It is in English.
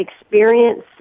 experience